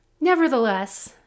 Nevertheless